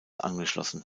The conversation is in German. angeschlossen